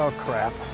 ah crap.